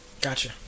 Gotcha